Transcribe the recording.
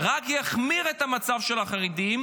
רק יחמירו את המצב של החרדים,